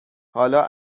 حالا